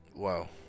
Wow